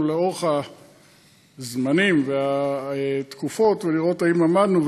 לאורך הזמנים והתקופות ולראות אם עמדנו,